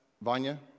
Vanya